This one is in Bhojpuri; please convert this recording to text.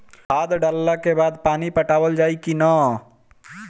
खाद डलला के बाद पानी पाटावाल जाई कि न?